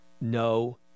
no